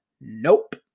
nope